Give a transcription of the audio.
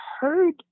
heard